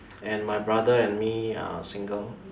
and my brother and me are single